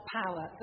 power